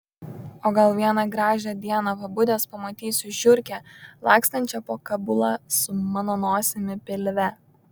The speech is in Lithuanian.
o gal vieną gražią dieną pabudęs pamatysiu žiurkę lakstančią po kabulą su mano nosimi pilve